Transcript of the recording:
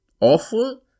awful